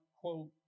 quote